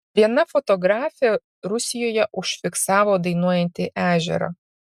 viena fotografė rusijoje užfiksavo dainuojantį ežerą